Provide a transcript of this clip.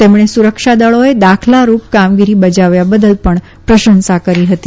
તેમણે સુરક્ષાદળોએ દાખલારૂપ કામગીરી બજાવ્યા બદલ પણ પ્રશંસા કરી હતી